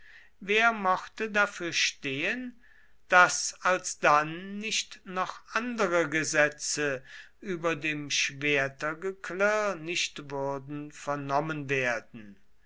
wer mochte dafür stehen daß alsdann nicht noch andere gesetze über dem schwertergeklirr nicht würden vernommen werden